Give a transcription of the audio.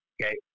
Okay